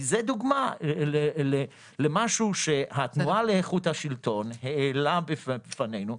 זו דוגמה למשהו שהתנועה לאיכות השלטון העלתה בפנינו.